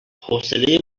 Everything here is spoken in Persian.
حوصله